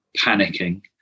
panicking